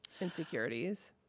insecurities